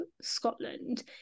Scotland